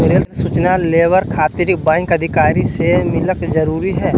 Rail सूचना लेबर खातिर बैंक अधिकारी से मिलक जरूरी है?